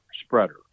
spreader